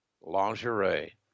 Lingerie